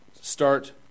start